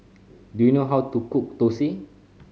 do you know how to cook thosai